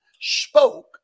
spoke